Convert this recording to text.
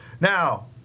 Now